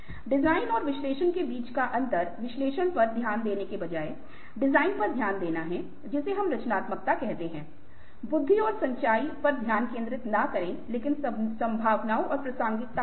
design और विश्लेषण के बीच का अंतर विश्लेषण पर ध्यान देने के बजाय डिजाइन पर केंद्रित है जिसे हम रचनात्मकता कहें बुद्धि और सच्चाई पर ध्यान केंद्रित न करें लेकिन संभावनाएं और प्रासंगिकता पर करे